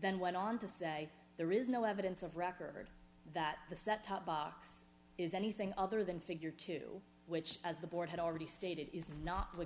then went on to say there is no evidence of record that the set top box is anything other than figure two which as the board had already stated is not